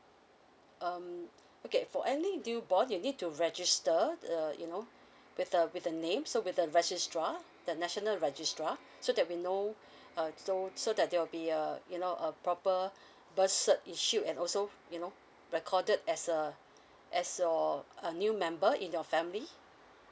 um okay for any newborn you'll need to register the you know with a with a name so with the registrar the national registrar so that we know err so so that there will be a you know a proper birth cert issue and also you know recorded as a as your a new member in your family